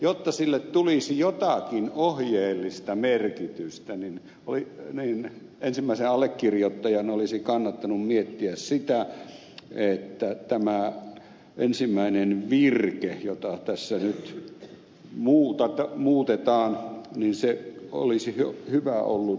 jotta sille tulisi jotakin ohjeellista merkitystä niin ensimmäisen allekirjoittajan olisi kannattanut miettiä sitä että tämä ensimmäinen virke jota tässä nyt muutetaan olisi hyvä ollut muotoilla näin